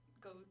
go